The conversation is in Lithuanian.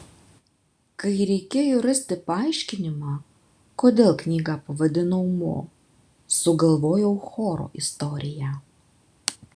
kai reikėjo rasti paaiškinimą kodėl knygą pavadinau mo sugalvojau choro istoriją